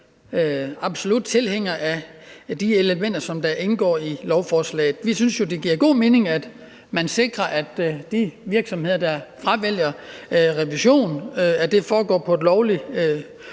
absolut tilhænger af de elementer, der indgår i lovforslaget. Vi synes jo, det giver god mening, at man sikrer, at det i virksomheder, der fravælger revision, foregår på et lovligt